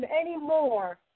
anymore